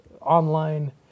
online